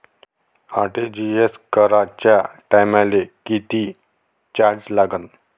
RTGS कराच्या टायमाले किती चार्ज लागन?